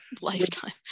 Lifetime